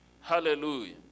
Hallelujah